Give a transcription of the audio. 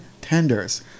tenders